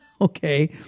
Okay